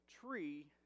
tree